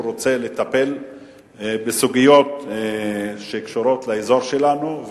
רוצה לטפל בסוגיות שקשורות לאזור שלנו,